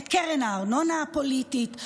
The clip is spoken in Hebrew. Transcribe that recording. את קרן הארנונה הפוליטית,